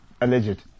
Alleged